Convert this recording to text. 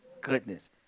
goodness